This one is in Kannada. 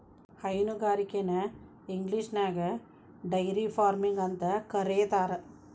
ಹೈನುಗಾರಿಕೆನ ಇಂಗ್ಲಿಷ್ನ್ಯಾಗ ಡೈರಿ ಫಾರ್ಮಿಂಗ ಅಂತ ಕರೇತಾರ